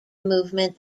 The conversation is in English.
movement